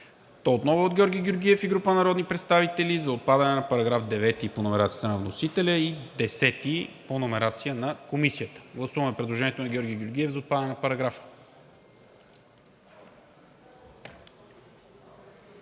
на Георги Георгиев и група народни представители за отпадане на § 9 по номерация на вносителя, който става § 10 по номерация на Комисията. Гласуваме предложението на Георги Георгиев за отпадане на параграфа.